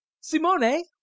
Simone